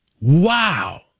Wow